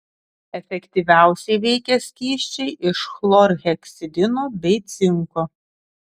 efektyviausiai veikia skysčiai iš chlorheksidino bei cinko